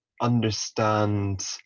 understand